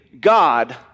God